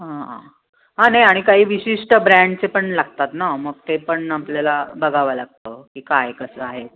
हां हां नाही आणि काही विशिष्ट ब्रँडचे पण लागतात ना मग ते पण आपल्याला बघावं लागतं की काय कसं आहे